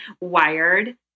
wired